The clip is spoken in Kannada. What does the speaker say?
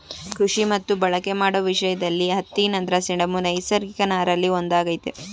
ಕೃಷಿ ಮತ್ತು ಬಳಕೆ ಮಾಡೋ ವಿಷಯ್ದಲ್ಲಿ ಹತ್ತಿ ನಂತ್ರ ಸೆಣಬು ನೈಸರ್ಗಿಕ ನಾರಲ್ಲಿ ಒಂದಾಗಯ್ತೆ